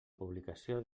publicació